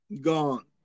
Gone